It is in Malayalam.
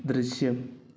ദൃശ്യം